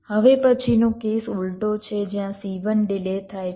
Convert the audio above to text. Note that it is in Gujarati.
હવે પછીનો કેસ ઉલટો છે જ્યાં C1 ડિલે થાય છે